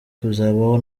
kuzabaho